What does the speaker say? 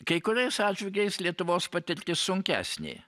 kai kuriais atžvilgiais lietuvos patirtis sunkesnė